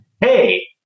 hey